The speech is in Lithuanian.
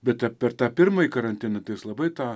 bet tą per tą pirmąjį karantiną tai jis labai tą